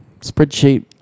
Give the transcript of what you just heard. spreadsheet